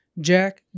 Jack